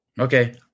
Okay